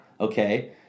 okay